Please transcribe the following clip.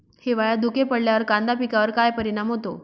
हिवाळ्यात धुके पडल्यावर कांदा पिकावर काय परिणाम होतो?